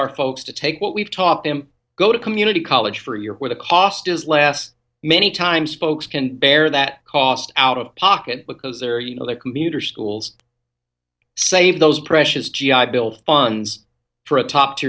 our folks to take what we've taught them go to community college for a year where the cost is less many times folks can bear that cost out of pocket because they're you know the commuter schools save those precious g i bill funds for a top t